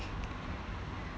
kino